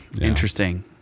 Interesting